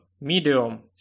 Medium